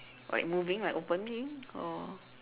like moving like opening or